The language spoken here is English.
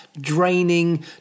draining